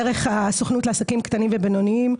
דרך הסוכנות לעסקים קטנים ובינוניים.